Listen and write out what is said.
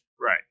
Right